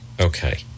Okay